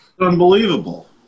Unbelievable